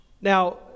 Now